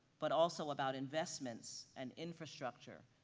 but also about investments and infrastructure,